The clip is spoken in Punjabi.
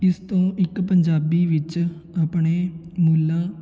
ਇਸ ਤੋਂ ਇੱਕ ਪੰਜਾਬੀ ਵਿੱਚ ਆਪਣੇ ਮੁੱਲਾਂ